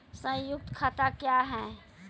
संयुक्त खाता क्या हैं?